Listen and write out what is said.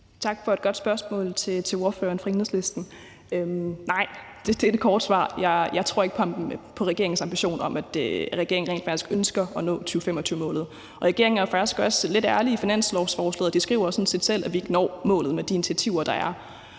for et godt spørgsmål. Det korte svar er nej. Jeg tror ikke på regeringens ambitioner, og at regeringen rent faktisk ønsker at nå 2025-målet. Regeringen er jo faktisk også lidt ærlige i finanslovsforslaget. De skriver sådan set selv, at vi ikke når målet med de initiativer, der er,